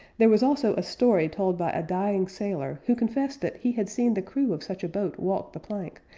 there was also a story told by a dying sailor who confessed that he had seen the crew of such a boat walk the plank,